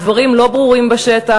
הדברים לא ברורים בשטח.